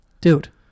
Dude